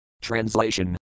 Translation